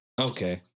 okay